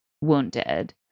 wounded